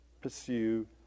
pursue